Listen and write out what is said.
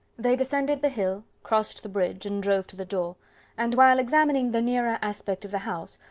they descended the hill, crossed the bridge, and drove to the door and, while examining the nearer aspect of the house,